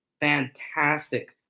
Fantastic